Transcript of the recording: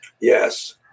Yes